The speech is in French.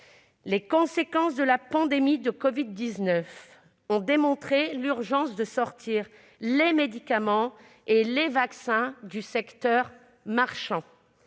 Les conséquences de la pandémie de covid-19 ont démontré l'urgence de sortir les médicaments et les vaccins du secteur marchand.